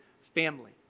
family